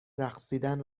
رقصیدن